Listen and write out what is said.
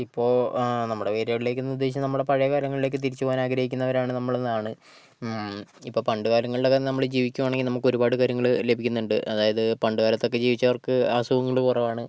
ഇപ്പോൾ ആ നമ്മുടെ വീടുകളിലേക്കെന്നു ഉദ്ദേശിച്ചത് നമ്മുടെ പഴയ കാലങ്ങളിലേക്ക് തിരിച്ച് പോകാൻ ആഗ്രഹിക്കുന്നവരാണ് നമ്മളെന്നാണ് ഇപ്പം പണ്ട് കാലങ്ങളിലൊക്കെ നമ്മള് ജീവിക്കുവാണെങ്കിൽ നമുക്കൊരുപാട് കാര്യങ്ങള് ലഭിക്കുന്നുണ്ട് അതായത് പണ്ട് കാലത്തൊക്കെ ജീവിച്ചവർക്ക് അസുഖങ്ങള് കുറവാണ്